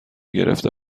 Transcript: گرفته